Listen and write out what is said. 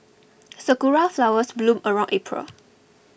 sakura flowers bloom around April